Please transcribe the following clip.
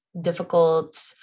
difficult